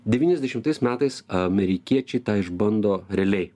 devyniasdešimtais metais amerikiečiai tą išbando realiai